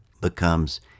becomes